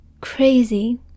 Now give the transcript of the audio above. crazy